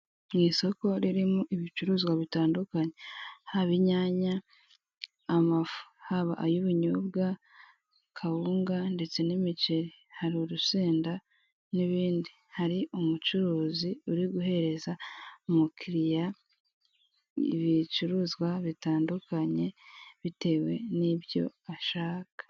Mu isoko ririmo ibicuruzwa bitandukanye. Haba inyanya, amafu, yaba ay'ubunyobwa, kawunga, ndetse n'umuceri. Hari urusenda n'ibindi. Hari umucuruzi uri guhereza umukiriya ibicuruzwa bitandukanye, bitewe n'ibyo ashaka.